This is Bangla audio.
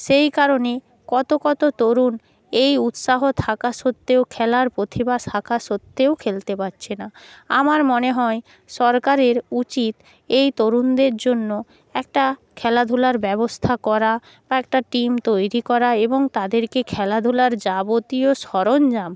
সেই কারণেই কত কত তরুণ এই উৎসাহ থাকা সত্ত্বেও খেলার প্রতিভা থাকা সত্ত্বেও খেলতে পারছে না আমার মনে হয় সরকারের উচিত এই তরুণদের জন্য একটা খেলাধুলার ব্যবস্থা করা বা একটা টিম তৈরি করা এবং তাদেরকে খেলাধুলার যাবতীয় সরঞ্জাম